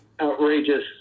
outrageous